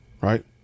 right